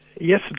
Yes